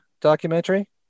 documentary